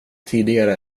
tidigare